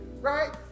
right